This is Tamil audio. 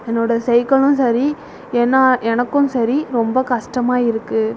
என்னோடய சைக்களும் சரி ஏனா எனக்கும் சரி ரொம்ப கஷ்டமா இருக்குது